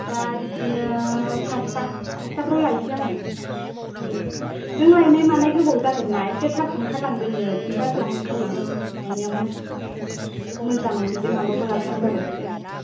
दा बिदिनो पास्ताफ्राव लायसै आङो नों लायनाय थानाय एसे गोबाव जागोन ना आंखायनो एसे थाब आंखारलांदो नोङो थिन्था से आवनो आंखारलां लायनायाव मोजां बिदि माबाखौ लाबोबानो जाबाय